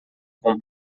com